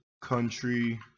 country